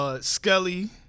skelly